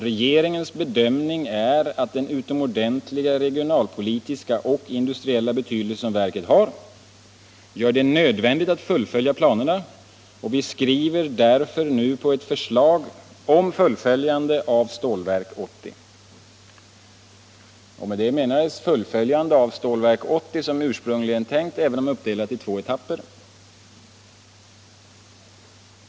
Regeringens bedömning är att den utomordentliga regionalpolitiska och industriella betydelse som verket har gör det nödvändigt att fullfölja planerna och vi skriver därför nu på ett förslag om fullföljande av Stålverk 80.” Med det menades fullföljandet av Stålverk 80 som ursprungligen tänkts, även om det skulle uppdelas i två etapper.